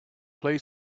play